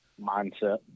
Mindset